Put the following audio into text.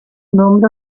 nombre